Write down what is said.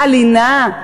על לינה?